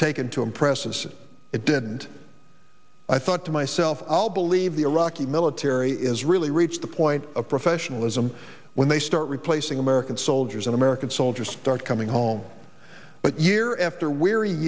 undertaken to impressive since it didn't i thought to myself i'll believe the iraqi military is really reach the point of professionalism when they start replacing american soldiers and american soldiers start coming home but year after wear